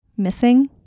missing